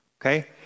okay